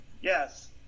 Yes